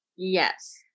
Yes